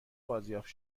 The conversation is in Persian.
بازیافت